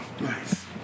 Nice